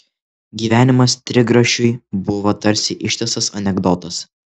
gyvenimas trigrašiui buvo tarsi ištisas anekdotas